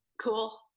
Cool